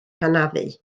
hanafu